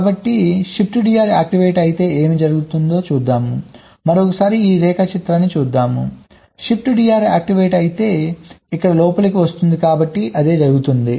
కాబట్టి ShiftDR activate అయితే ఏమి జరుగుతుంది చూద్దాం మరోసారి ఈ రేఖాచిత్రాన్ని చూద్దాం ShiftDR యాక్టివేట్ అయితే ఇక్కడే లోపలికి వస్తుంది కాబట్టి అదే జరుగుతుంది